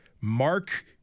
Mark